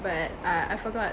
but uh I forgot